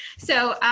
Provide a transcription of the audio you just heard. so